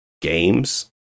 games